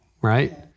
right